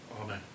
Amen